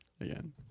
Again